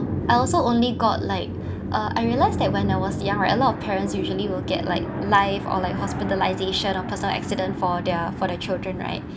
I also only got like uh I realise that when I was young a lot of parents usually will get like life or like hospitalisation or personal accident for their for their children right